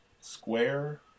square